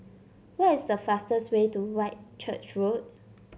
what is the fastest way to Whitchurch Road